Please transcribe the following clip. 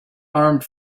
armed